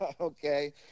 Okay